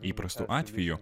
įprastu atveju